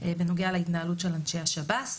בנוגע להתנהלות של אנשי השב"ס,